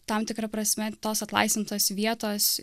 tam tikra prasme tos atlaisvintos vietos